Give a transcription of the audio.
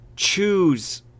choose